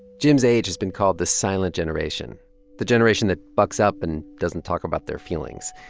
jim's age has been called the silent generation the generation that bucks up and doesn't talk about their feelings.